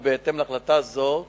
ובהתאם להחלטה זאת